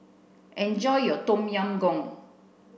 enjoy your Tom Yam Goong